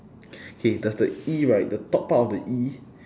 okay does the E right the top part of the E